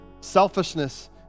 Selfishness